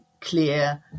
clear